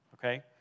okay